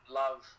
love